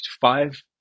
five